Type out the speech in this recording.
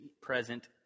present